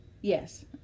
Yes